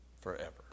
Forever